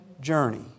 journey